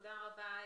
תודה רבה.